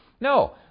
No